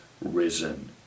risen